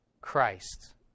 Christ